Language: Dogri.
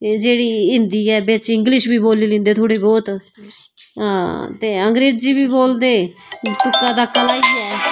जेह्ड़ी हिंदी ऐ बिच इंग्लिश बोली लैंदे थोह्ड़ी बहोत हां ते अंगरेजी बी बोलदे तुक्का ताक्का लाइये